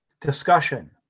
discussion